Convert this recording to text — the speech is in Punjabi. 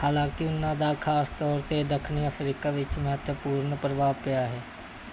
ਹਾਲਾਂਕਿ ਉਹਨਾਂ ਦਾ ਖ਼ਾਸ ਤੌਰ 'ਤੇ ਦੱਖਣੀ ਅਫਰੀਕਾ ਵਿੱਚ ਮਹੱਤਵਪੂਰਨ ਪ੍ਰਭਾਵ ਪਿਆ ਹੈ